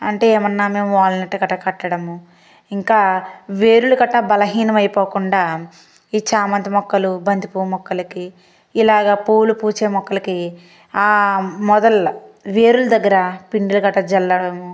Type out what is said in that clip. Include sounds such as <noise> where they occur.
అంటే ఏమన్నా మేము <unintelligible> కట్టడము ఇంకా వేరులు కట్టా బలహీనమై పోకుండా ఈ చామంతి మొక్కలు బంతిపూ మొక్కలకి ఇలాగ పూలు పూచే మొక్కలకి ఆ మొదల్లా వేరులు దగ్గర పిండిరి గట్ట జల్లడము